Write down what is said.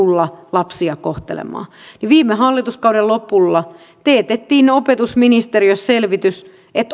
lapsia kohtelemaan niin viime hallituskauden lopulla teetettiin opetusministeriössä selvitys